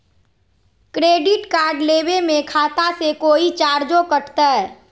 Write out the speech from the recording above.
Credit card लेवे में खाता से कोई चार्जो कटतई?